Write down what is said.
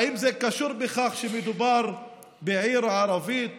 האם זה קשור בכך שמדובר בעיר ערבית